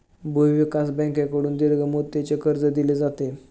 भूविकास बँकेकडून दीर्घ मुदतीचे कर्ज दिले जाते